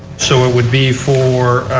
so it would be for